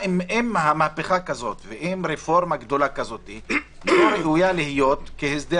השאלה האם רפורמה גדולה כזו ומהפכה כזו לא ראויה להיות כהסדר